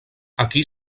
aquí